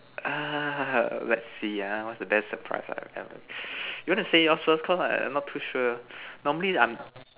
err let's see ah what's the best surprise I've ever you want to say yours first because I'm I'm not too sure normally I'm